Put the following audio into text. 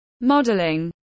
modeling